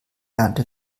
ernte